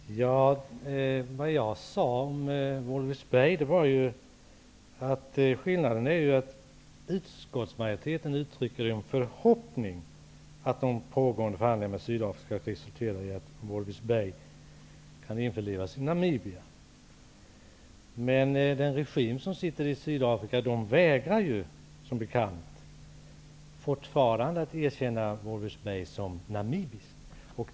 Herr talman! Det jag sade om Walvis Bay var, att skillnaden är att utskottsmajoriteten uttrycker en ''förhoppning'' om att de pågående förhandlingarna med Sydafrika skall resultera i att Walvis Bay kan införlivas i Namibia. Men den regim som sitter vid makten i Sydafrika vägrar ju som bekant fortfarande att erkänna Walvis Bay som namibiskt.